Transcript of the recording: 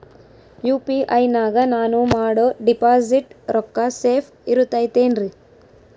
UPI ನಾಗ ನಾನು ಮಾಡೋ ಡಿಪಾಸಿಟ್ ರೊಕ್ಕ ಸೇಫ್ ಇರುತೈತೇನ್ರಿ?